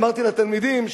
אמרתי לתלמידים,